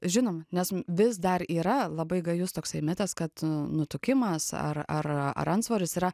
žinoma nes vis dar yra labai gajus toksai mitas kad nutukimas ar ar ar antsvoris yra